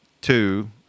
two